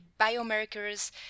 biomarkers